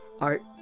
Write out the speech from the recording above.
art